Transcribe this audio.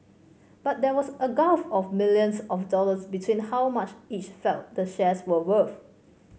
but there was a gulf of millions of dollars between how much each felt the shares were worth